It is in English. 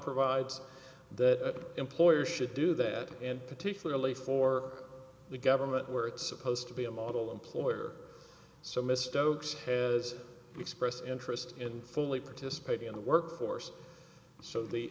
provides that employers should do that and particularly for the government where it's supposed to be a model employer so mr oakes has expressed interest in fully participating in the workforce so